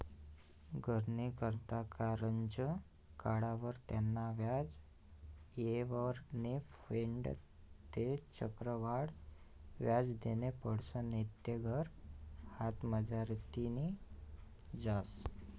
घरनी करता करजं काढावर त्यानं व्याज येयवर नै फेडं ते चक्रवाढ व्याज देनं पडसं नैते घर हातमझारतीन जास